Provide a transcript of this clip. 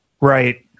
Right